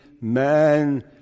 man